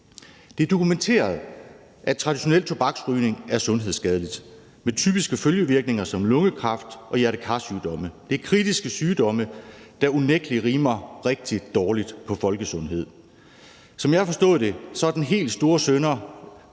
Det er dokumenteret, at traditionel tobaksrygning er sundhedsskadeligt med typiske følgevirkninger som lungekræft og hjerte-kar-sygdomme. Det er kritiske sygdomme, der unægtelig rimer rigtig dårligt på folkesundhed. Som jeg har forstået det, er den helt store synder